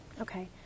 Okay